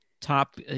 Top